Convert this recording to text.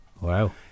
Wow